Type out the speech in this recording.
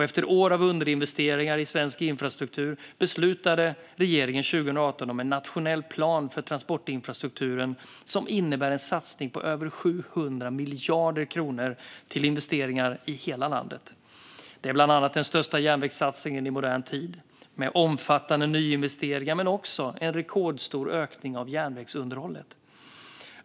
Efter år av underinvesteringar i svensk infrastruktur beslutade regeringen 2018 om en nationell plan för transportinfrastrukturen som innebär en satsning på över 700 miljarder kronor till investeringar i hela landet. Det är bland annat den största järnvägssatsningen i modern tid med omfattande nyinvesteringar men också en rekordstor ökning av järnvägsunderhållet.